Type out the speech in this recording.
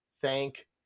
thank